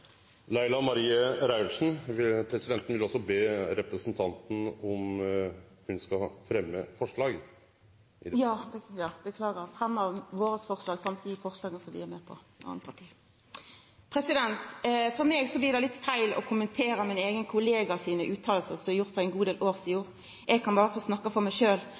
Laila Marie Reiertsen på å fremme forslag. Eg tek opp dei forslaga som Framstegspartiet står åleine om, eller er medforslagsstillar til. For meg blir det litt feil å kommentera min eigen kollega sine utsegner frå ein god del år sidan. Eg kan berre snakka for meg